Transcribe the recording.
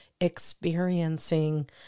experiencing